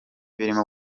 filime